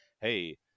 hey